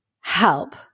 help